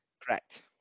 Correct